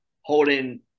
holding